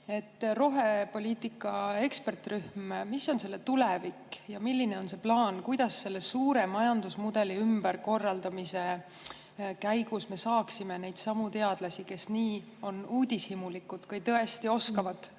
on rohepoliitika ekspertrühma tulevik? Milline on plaan, kuidas me selle suure majandusmudeli ümberkorraldamise käigus saaksime neidsamu teadlasi, kes on uudishimulikud ning tõesti oskavad